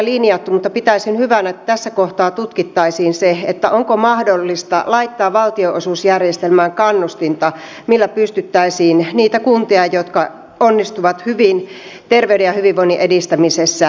mutta pitäisin hyvänä että tässä kohtaa tutkittaisiin onko mahdollista laittaa valtionosuusjärjestelmään kannustinta millä pystyttäisiin palkitsemaan niitä kuntia jotka onnistuvat hyvin terveyden ja hyvinvoinnin edistämisessä